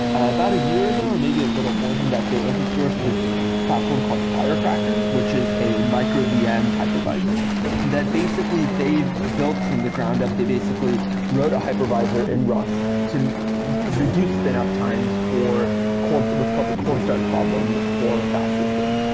about a year ago or maybe a little more than that, they open sourced this platform called firecracker, which is a micro vm hypervisor that basically they've built from the ground-up, they basically wrote a hypervisor in rust to reduce spin-up times for what's called the cold start problem for faas systems.